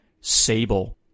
Sable